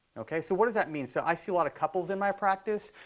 ok, so what does that mean? so i see a lot of couples in my practice.